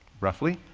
roughly